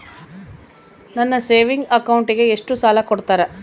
ನನ್ನ ಸೇವಿಂಗ್ ಅಕೌಂಟಿಗೆ ಎಷ್ಟು ಸಾಲ ಕೊಡ್ತಾರ?